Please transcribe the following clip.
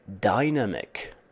dynamic